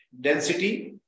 density